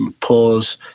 Pause